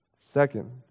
Second